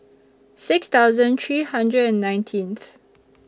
six thousand three hundred and nineteenth